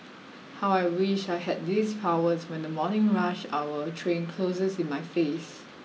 how I wish I had these powers when the morning rush hour train closes in my face